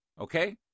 Okay